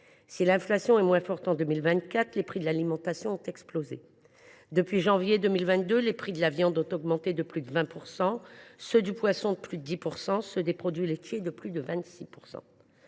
été effectivement moins forte en 2024, les prix de l’alimentation, eux, ont explosé. Depuis janvier 2022, le prix de la viande a augmenté de plus de 20 %, celui du poisson de plus de 10 % et celui des produits laitiers de plus de 26 %.